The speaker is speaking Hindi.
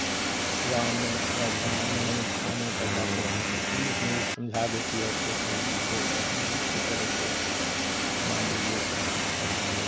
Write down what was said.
गाँव में व गाँव में नहीं थाने पर जाते हैं तो पुलिस वुलिस समझा देती है तो समझ लेते हैं इसी तरह से मान लीजिए कि